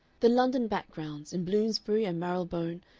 the london backgrounds, in bloomsbury and marylebone,